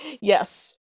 Yes